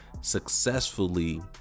successfully